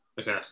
Okay